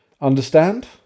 Understand